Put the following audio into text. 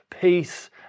peace